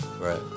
Right